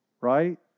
Right